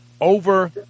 over